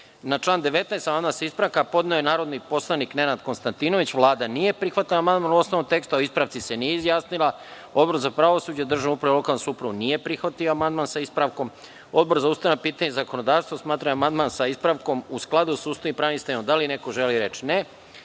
član 19. amandman sa ispravkom podneo je narodni poslanik Nenad Konstantinović. Vlada nije prihvatila amandman u osnovnom tekstu, a o ispravci se nije izjasnila. Odbor za pravosuđe, državnu upravu i lokalnu samoupravu nije prihvatio amandman sa ispravkom. Odbor za ustavna pitanja i zakonodavstvo smatra da je amandman sa ispravkom u skladu sa Ustavom i pravnim sistemom Republike